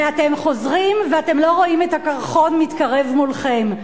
ואתם חוזרים ואתם לא רואים את הקרחון מתקרב מולכם.